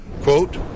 Quote